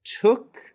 took